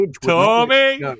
Tommy